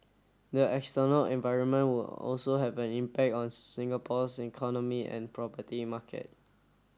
the external environment would also have an impact on Singapore's economy and property market